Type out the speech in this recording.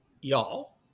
y'all